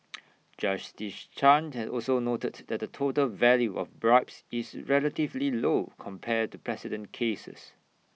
justice chan has also noted that the total value of bribes is relatively low compared to precedent cases